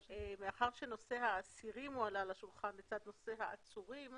מאחר שנושא האסירים עלה על השולחן לצד נושא העצורים,